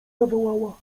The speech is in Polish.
zawołała